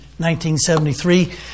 1973